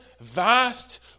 vast